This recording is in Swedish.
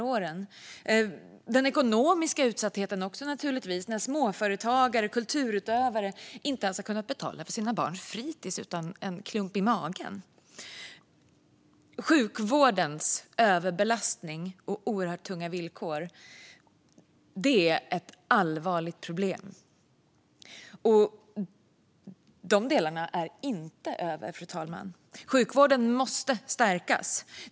Det gäller även den ekonomiska utsattheten när småföretagare och kulturutövare inte ens har kunnat betala för sina barns fritis utan en klump i magen. Sjukvårdens överbelastning och oerhört tunga villkor är ett allvarligt problem. Detta är inte över, fru talman. Sjukvården måste stärkas.